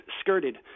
skirted